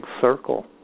circle